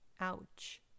Ouch